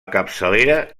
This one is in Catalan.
capçalera